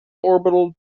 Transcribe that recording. orbital